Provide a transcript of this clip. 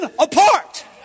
apart